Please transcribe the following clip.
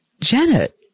Janet